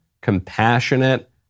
compassionate